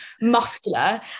muscular